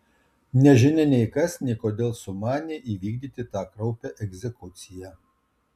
nežinia nei kas nei kodėl sumanė įvykdyti tą kraupią egzekuciją